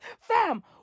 Fam